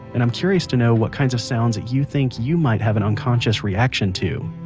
and i'm curious to know what kinds of sounds you think you might have an unconscious reaction to.